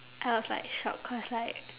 I was like shocked cause like